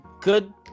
good